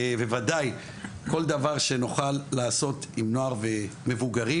בוודאי שכל דבר שנוכל לעשות עם נוער ומבוגרים.